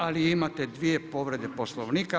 A vi imate dvije povrede Poslovnika.